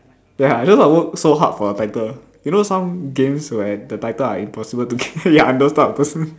ya I just want to work so hard for a title you know some games where the title are in personal to game ya I'm those type of person